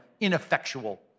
Ineffectual